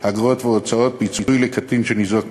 אגרות והוצאות (פיצוי לקטין שניזוק מעבירה),